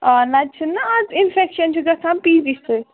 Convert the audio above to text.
آ نَتہٕ چھُنا اَز اِنفیٚکشَن چھُ گژھان پیٖتی سۭتۍ